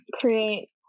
create